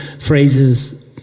phrases